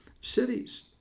cities